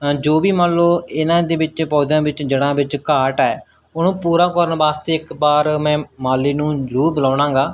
ਜੋ ਵੀ ਮੰਨ ਲਓ ਇਹਨਾਂ ਦੇ ਵਿੱਚ ਪੌਦਿਆਂ ਵਿੱਚ ਜੜਾਂ ਵਿੱਚ ਘਾਟ ਹੈ ਉਹਨੂੰ ਪੂਰਾ ਕਰਨ ਵਾਸਤੇ ਇੱਕ ਵਾਰ ਮੈਂ ਮਾਲੀ ਨੂੰ ਜ਼ਰੂਰ ਬੁਲਾਉਣਾ ਗਾ